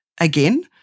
again